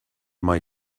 mai